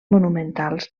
monumentals